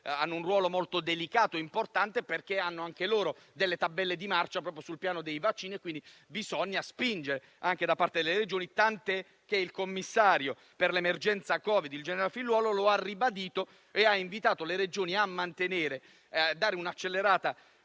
hanno un ruolo molto delicato e importante, perché hanno delle tabelle di marcia per quanto riguarda il piano vaccini. Bisogna spingere anche da parte delle Regioni, tant'è che il commissario per l'emergenza Covid, il generale Figliuolo, lo ha ribadito e ha invitato le Regioni a dare una forte